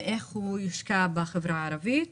על איך הם יושקעו בחברה הערבית.